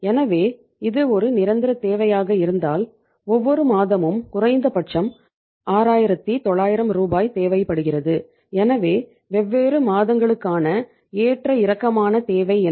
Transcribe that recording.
எனவே இது ஒரு நிரந்தரத் தேவையாக இருந்தால் ஒவ்வொரு மாதமும் குறைந்தபட்சம் 6900 ரூபாய் தேவைப்படுகிறது எனவே வெவ்வேறு மாதங்களுக்கான ஏற்ற இறக்கமான தேவை என்ன